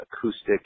acoustic